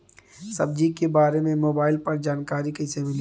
सब्जी के बारे मे मोबाइल पर जानकारी कईसे मिली?